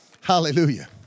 Hallelujah